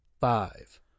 Five